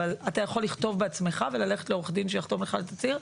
אבל אתה יכול לכתוב בעצמך וללכת לעורך דין שיחתום לך על התצהיר,